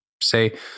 say